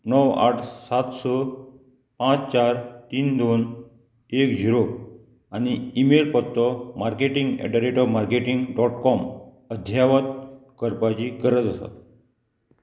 णव आठ सात स पांच चार तीन दोन एक झिरो आनी ईमेल पत्तो marketing at the rate of marketing dot com अध्यायवत करपाची गरज आसा